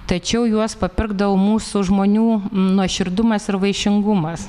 tačiau juos papirkdavo mūsų žmonių nuoširdumas ir vaišingumas